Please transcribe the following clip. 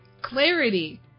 Clarity